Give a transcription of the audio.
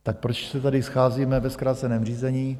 Tak proč se tady scházíme ve zkráceném řízení?